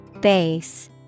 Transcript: Base